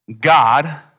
God